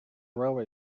railway